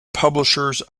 publishers